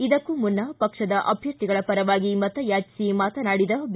ಇದಕ್ಕೂ ಮುನ್ನ ಪಕ್ಷದ ಅಭ್ಯರ್ಥಿಗಳ ಪರವಾಗಿ ಮತಯಾಚಿಸಿ ಮಾತನಾಡಿದ ಬಿ